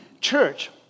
Church